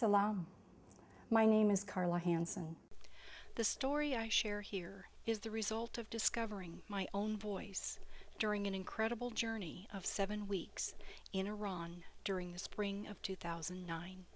long my name is carla hanson the story i share here is the result of discovering my own voice during an incredible journey of seven weeks in iran during the spring of two thousand